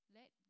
let